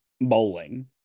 bowling